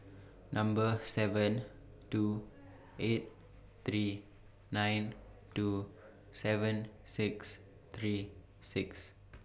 Number seven two eight three nine two seven six three six